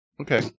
Okay